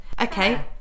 Okay